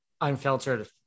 unfiltered